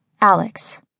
Alex